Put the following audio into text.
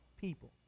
people